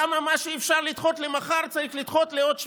למה מה שאפשר לדחות למחר צריך לדחות לעוד שבועיים?